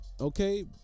okay